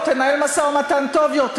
תנהל משא-ומתן טוב יותר.